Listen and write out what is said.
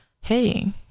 hey